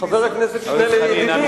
חבר הכנסת שנלר ידידי,